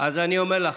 אז אני אומר לך,